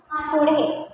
आ पुढे